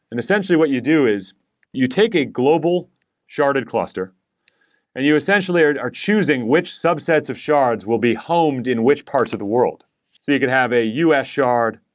and essentially what you do is you take a global sharded cluster and you essentially are are choosing which subsets of shards will be homed in which parts of the world. so you could have a u s. shard,